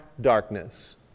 darkness